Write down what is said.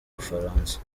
bufaransa